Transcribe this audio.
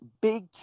big